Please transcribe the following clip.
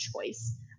choice